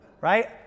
Right